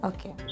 Okay